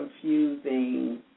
confusing